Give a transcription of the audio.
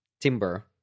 timber